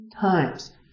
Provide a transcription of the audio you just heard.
times